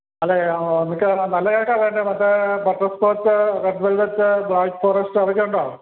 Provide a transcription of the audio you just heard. അല്ല എനിക്ക് നല്ല കേക്കാണ് വേണ്ടത് മറ്റെ butterscotch red velvet black forest അതൊക്കെയുണ്ടോ